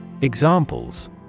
Examples